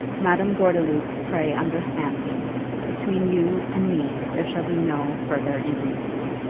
madame gordeloup, pray understand me between you and me there shall be no further intimacy.